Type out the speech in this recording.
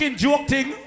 joking